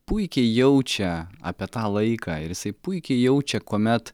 puikiai jaučia apie tą laiką ir jisai puikiai jaučia kuomet